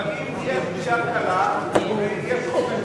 אבל אם תהיה פגיעה קלה ויש חופש ביטוי,